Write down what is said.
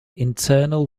internal